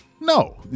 no